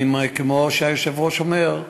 וכמו שהיושב-ראש אומר,